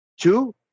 Two